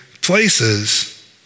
places